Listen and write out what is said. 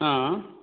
आ